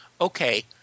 okay